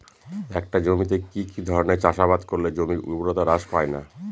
একটা জমিতে কি কি ধরনের চাষাবাদ করলে জমির উর্বরতা হ্রাস পায়না?